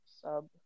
sub